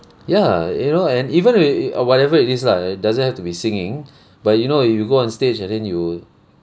ya you know and even if if err whatever it is lah it doesn't have to be singing but you know you go onstage and then you